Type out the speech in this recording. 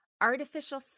artificial